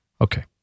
Okay